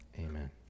amen